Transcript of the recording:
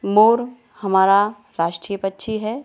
मोर हमारा राष्ट्रीय पक्षी है